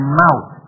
mouth